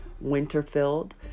Winterfield